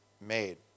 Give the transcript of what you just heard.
made